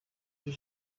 kuri